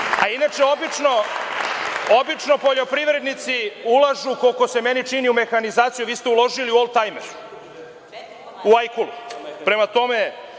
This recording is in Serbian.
na tome. Obično poljoprivrednici ulažu, koliko se meni čini, u mehanizaciju, a vi ste uložili u oldtajmer, u „ajkulu“. Prema tome,